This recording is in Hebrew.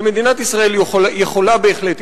ומדינת ישראל יכולה בהחלט,